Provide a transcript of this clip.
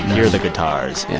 hear the guitars,